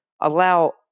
allow